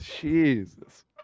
Jesus